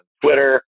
Twitter